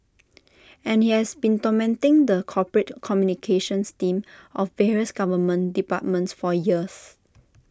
and he has been tormenting the corporate communications team of various government departments for years